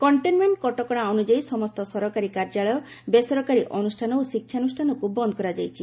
containment କଟକଣା ଅନୁଯାୟୀ ସମସ୍ତ ସରକାରୀ କାର୍ଯ୍ୟାଳୟ ବେସରକାରୀ ଅନୁଷ୍ଠାନ ଏବଂ ଶିକ୍ଷାନୁଷାନକୁ ବନ୍ଦ କରାଯାଇଛି